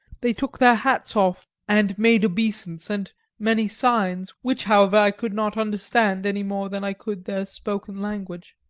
they took their hats off and made obeisance and many signs, which, however, i could not understand any more than i could their spoken language.